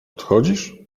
odchodzisz